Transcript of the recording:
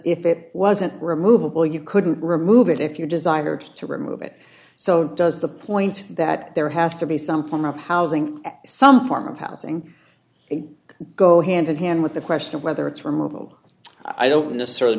if it wasn't removable you couldn't remove it if your desired to remove it so does the point that there has to be some point of housing some form of housing they go hand in hand with the question of whether it's removal i don't necessarily